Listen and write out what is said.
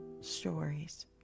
stories